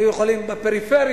היו יכולים בפריפריה.